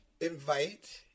Invite